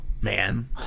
man